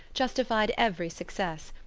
justified every success,